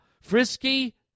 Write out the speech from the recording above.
frisky